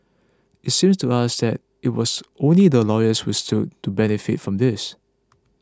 it seems to us that it was only the lawyers who stood to benefit from this